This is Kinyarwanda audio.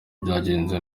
byagenze